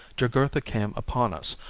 jugurtha came upon us,